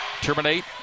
Terminate